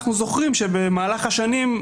אנחנו זוכרים שבמהלך השנים,